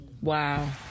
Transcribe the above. wow